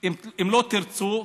אם לא תרצו.